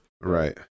right